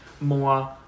more